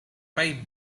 pipe